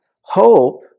hope